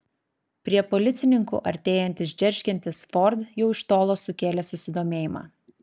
prie policininkų artėjantis džeržgiantis ford jau iš tolo sukėlė susidomėjimą